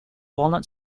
walnut